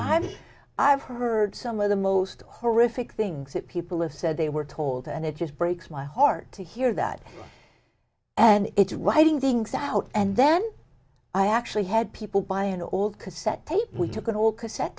i've i've heard some of the most horrific things that people have said they were told and it just breaks my heart to hear that and it's writing things out and then i actually had people buy an old cassette tape we took out all cassette